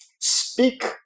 speak